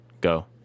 Go